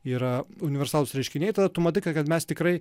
yra universalūs reiškiniai tada tu matai kad mes tikrai